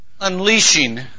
unleashing